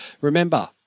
remember